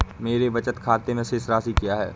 मेरे बचत खाते में शेष राशि क्या है?